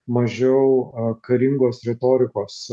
mažiau karingos retorikos